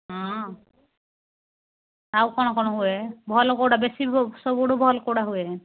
ହଁ ଆଉ କ'ଣ କ'ଣ ହୁଏ ଭଲ କେଉଁଟା ବେଶୀ ସବୁଠୁ ଭଲ କେଉଁଟା ହୁଏ